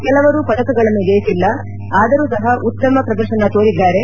ಕೆಲವರು ಪದಕಗಳನ್ನು ಜಯಿಸಿಲ್ಲ ಆದರೂ ಸಹ ಉತ್ತಮ ಪ್ರದರ್ಶನ ತೋರಿದ್ದಾರೆ